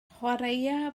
chwaraea